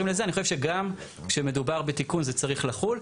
לזה - אני חושב שגם כשמדובר בתיקון זה צריך לחול.